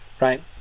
right